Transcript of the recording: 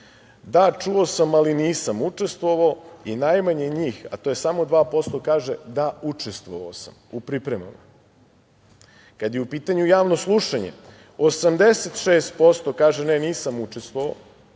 da čuo sam ali nisam učestvovao i najmanje njih, a to je samo 2% kaže – da učestvovao sam u pripremama. Kada je u pitanju javno slušanje 86% kaže – ne nisam učestvovao,